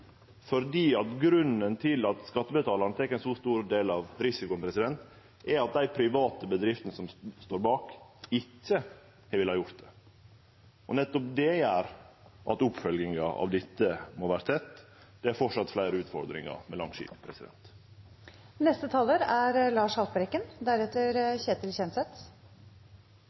Grunnen til at skattebetalarane tek ein så stor del av risikoen, er at dei private bedriftene som står bak, ikkje ville ha gjort det. Nettopp det gjer at oppfølginga av dette må vere tett. Det er framleis fleire utfordringar med